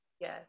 Yes